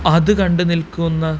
അതുകണ്ട് നിൽക്കുന്ന